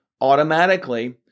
automatically